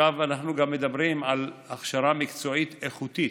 עכשיו אנחנו גם מדברים על הכשרה מקצועית איכותית: